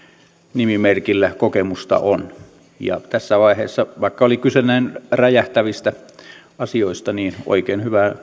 nimimerkillä kokemusta on ja tässä vaiheessa vaikka oli kyse näin räjähtävistä asioista oikein hyvää